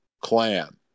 clan